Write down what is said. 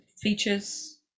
features